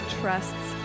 trusts